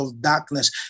darkness